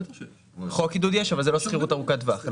בחוק עידוד יש, אבל זאת לא שכירות ארוכת טווח.